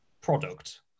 product